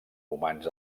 humans